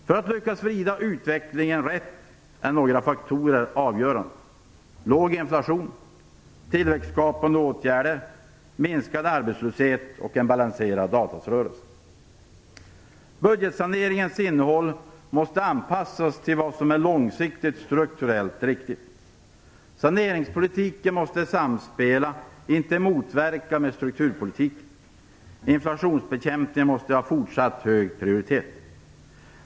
För att lyckas vrida utvecklingen rätt är några faktorer avgörande - låg inflation, tillväxtskapande åtgärder, minskad arbetslöshet och en balanserad avtalsrörelse. Budgetsaneringens innehåll måste anpassas till vad som är långsiktigt strukturellt riktigt. Saneringspolitiken måste samspela med, och inte motverka, strukturpolitiken. Inflationsbekämpningen måste ha fortsatt hög prioritet.